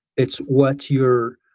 it's what you're